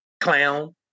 Clown